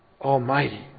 Almighty